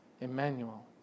Emmanuel